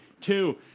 Two